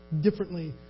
differently